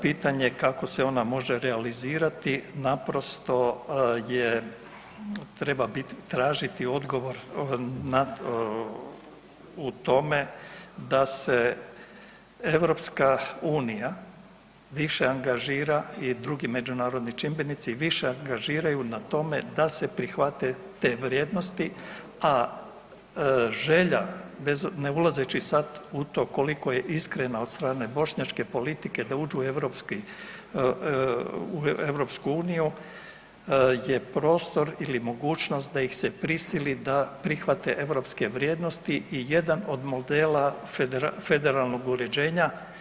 Pitanje kako se ona može realizirati naprosto treba tražiti odgovor u tome da se Europska unija više angažira i drugi međunarodni čimbenici više angažiraju na tome da se prihvate te vrijednosti, a želja ne ulazeći sad u to koliko je iskreno od strane bošnjačke politike da uđu u Europsku uniju je prostor ili mogućnost da ih se prisili da prihvate europske vrijednosti i jedan od modela federalnog uređenja.